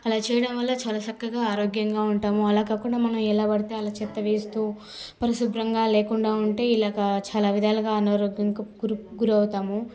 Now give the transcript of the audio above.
అలా చేయడం వల్ల చాలా చక్కగా ఆరోగ్యంగా ఉంటాము అలా కాకుండా మనం ఎలా పడితే అలా చెత్త వేస్తు పరిశుభ్రంగా లేకుండా ఉంటే ఇలాగ చాలా విధాలుగా అనారోగ్యంకు గుర గురవుతాము